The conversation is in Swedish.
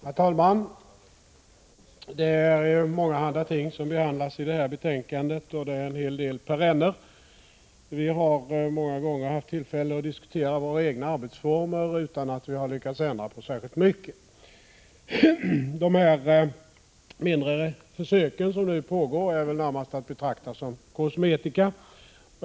Herr talman! Det är mångahanda ting som behandlas i betänkandet, och det är en hel del perenner. Vi har många gånger haft tillfälle att diskutera våra egna arbetsformer utan att vi har lyckats att ändra på särskilt mycket. De mindre försök som nu pågår är väl närmast att betrakta som kosmetika.